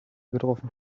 getroffen